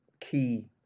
key